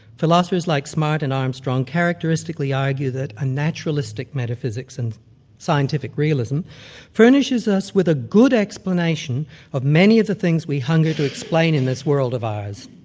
philosophers like smart and armstrong characteristically argue that a naturalistic metaphysics and scientific realism furnishes us with a good explanation of many of the things we hunger to explain in this world of ours.